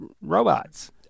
robots